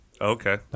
Okay